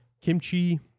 Kimchi